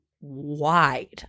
wide